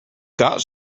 got